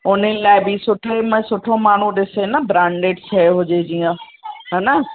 उन लाइ बि सुठे में सुठो माण्हू ॾिसे न ब्रांडिड शइ हुजे जीअं है न